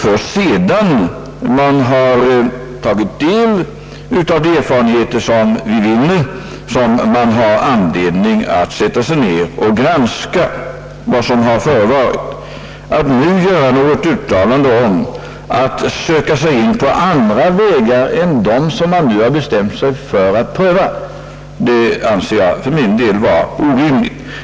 Först sedan man har tagit del av de erfarenheter, som här är att vinna, finns det någon anledning att sätta sig ned och granska vad som har förevarit. Att nu göra något uttalande om att vi skulle söka oss in på andra vägar än dem, som vi har bestämt oss för att pröva, anser jag för min del vara orimligt.